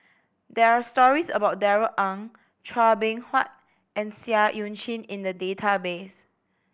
there are stories about Darrell Ang Chua Beng Huat and Seah Eu Chin in the database